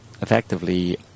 effectively